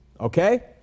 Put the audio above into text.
Okay